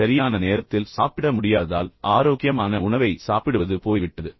நீங்கள் சரியான நேரத்தில் சாப்பிட முடியாததால் ஆரோக்கியமான உணவை சாப்பிடுவது போய்விட்டது